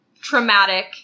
traumatic